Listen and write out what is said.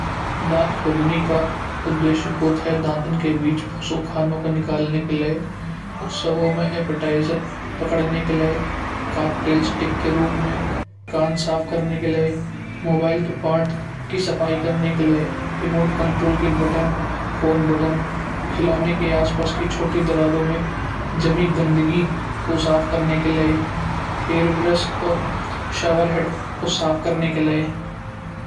दांत खोड़ने का उद्देश्य होता है दांतन के बीच फँसो खानों का निकालने के लिए। उत्सवों में ऐपेटाइज़र पकड़ाने के लिए का तेल स्टिक के रूप में कान साफ करने के लिए मोबाइल के पार्ट की सफाई करने के लिए। रिमोट कंट्रोल के बटन फोन बटन खिलौने के आसपास की छोटी दरारों में ज़मीन गंदगी को साफ करने के लिए हेयर ब्रश और शावर हेड को सफ करने के लिए।